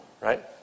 right